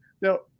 Now